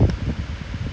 ya but